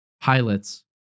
pilots